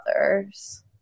others